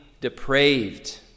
depraved